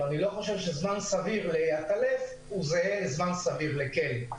אני לא חושב שזמן סביר לגבי עטלף זהה לזמן סביר לגבי כלב.